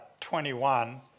21